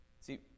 See